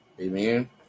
Amen